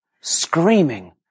screaming